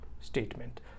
statement